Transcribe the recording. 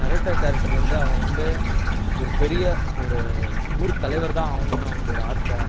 Naruto character வந்து அவன் வந்து ஒரு பெரிய ஒரு ஊர் தலைவர் தான் ஆகணுன்னு அவனுக்கு ஒரு ஆசை